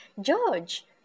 George